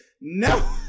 no